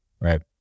right